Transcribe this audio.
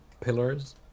pillars